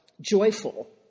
joyful